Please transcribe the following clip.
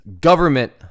government